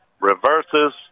reverses